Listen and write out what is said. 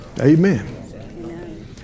Amen